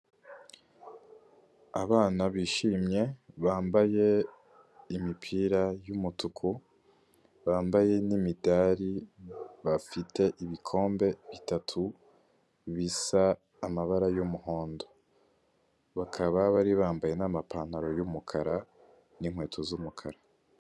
Abana bishimye bambaye imipira y'umutuku bambaye n'imidari bafite ibikombe bitatu bisa amabara y'umuhondo, bakaba bari bambaye n'amapantaro y'umukara n'inkweto z'umukara.